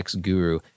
Guru